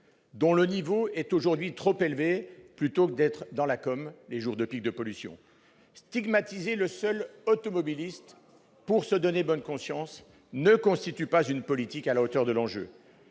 dont le niveau est aujourd'hui trop élevé, plutôt que de faire de la « com » les jours de pic de pollution. Stigmatiser le seul automobiliste pour se donner bonne conscience ne constitue pas une politique à la hauteur de l'enjeu.